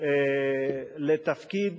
לתפקיד